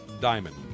Diamond